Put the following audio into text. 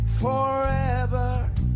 forever